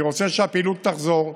אני רוצה שהפעילות תחזור.